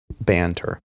banter